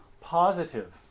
positive